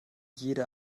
jede